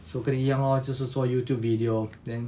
除非一样 lor 就是做 YouTube video